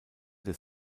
des